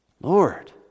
Lord